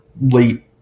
late